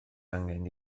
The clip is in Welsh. angen